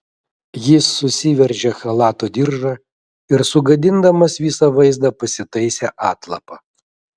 jis susiveržė chalato diržą ir sugadindamas visą vaizdą pasitaisė atlapą